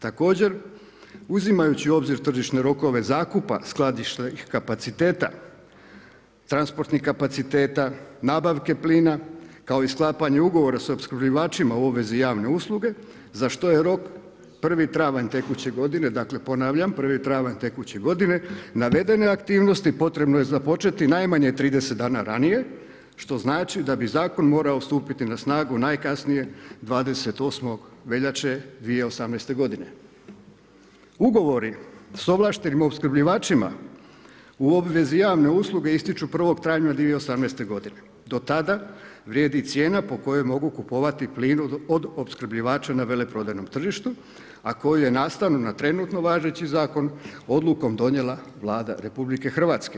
Također uzimajući u obzir tržišne rokove zakupa, skladišta i kapaciteta, transportnih kapaciteta, nabavke plina, kao i sklapanje ugovora s opskrbljivačima u obvezi javne usluge, za što je rok 1.travanj tekuće godine, dakle, ponavljam 1. travanj tekuće godine, navedene aktivnosti potrebno je započeti najmanje 30 dana ranije, što znači, da bi zakon morao stupiti na snagu najkasnije 28. veljače 2018.g. Ugovori s ovlaštenim opskrbljivačima u obvezi javne usluge ističu 1. travnja 2018.g, do tada, vrijedi cijena po kojoj mogu kupovati plin od opskrbljivača na veleprodajnom tržištu, a koji je nastavno na trenutno važeći zakon, odluku donijela Vlada RH.